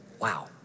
Wow